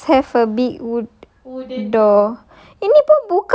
why must have a big wood door